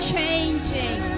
changing